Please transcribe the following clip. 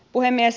puhemies